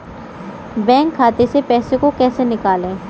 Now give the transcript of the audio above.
Bank खाते से पैसे को कैसे निकालें?